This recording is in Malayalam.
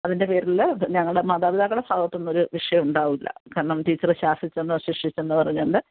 അതിൻ്റെ പേരിൽ ഞങ്ങളുടെ മാതാപിതാക്കളുടെ ഭാഗത്തുനിന്ന് ഒരു വിഷയം ഉണ്ടാവില്ല കാരണം ടീച്ചറ് ശാസിച്ചെന്നോ ശിക്ഷിച്ചെന്നോ പറഞ്ഞുകൊണ്ട്